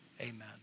amen